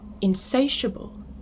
insatiable